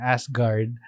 Asgard